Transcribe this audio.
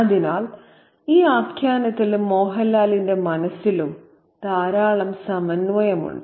അതിനാൽ ഈ ആഖ്യാനത്തിലും മോഹൻലാലിന്റെ മനസ്സിലും ധാരാളം സമന്വയമുണ്ട്